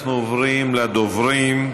אנחנו עוברים לדוברים.